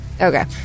Okay